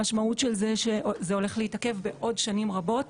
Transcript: המשמעות של זה היא שזה הולך להתעכב בעוד שנים רבות.